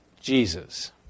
Jesus